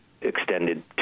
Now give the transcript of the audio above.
extended